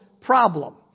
problem